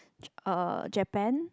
j~ uh Japan